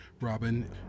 Robin